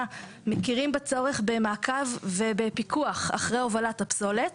מכירים בצורך במעקב ובפיקוח אחרי הובלת הפסולת.